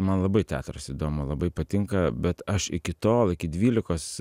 man labai teatras įdomu labai patinka bet aš iki tol iki dvylikos